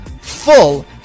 full